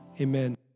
Amen